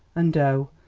and o,